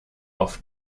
auf